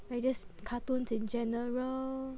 like just cartoons in general